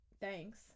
thanks